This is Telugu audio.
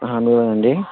ఆహా లేదు అండి